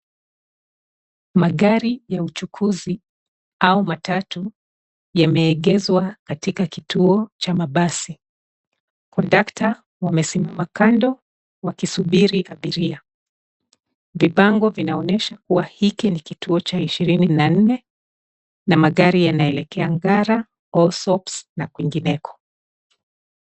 Magari ya uchukuzi au matatu, yameegeshwa katika kituo cha mabasi. conductor wamesimama kando, wakisubiri abiria. Vibango vinaonyesha kuwa, hiki ni kituo cha ishirini na nne na magari yanaelekea Ng'ara, All soaps na kwingineko.